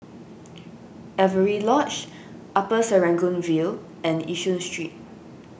Avery Lodge Upper Serangoon View and Yishun Street